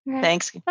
Thanks